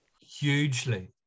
Hugely